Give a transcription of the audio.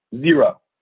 zero